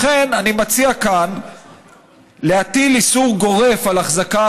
לכן אני מציע כאן להטיל איסור גורף על אחזקה